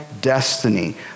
destiny